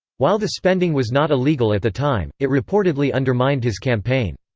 while the spending was not illegal at the time, it reportedly undermined his campaign.